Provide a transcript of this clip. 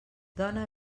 dona